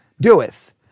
doeth